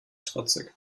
trotzig